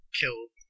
killed